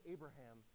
Abraham